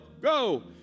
go